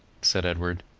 said edward,